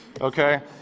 Okay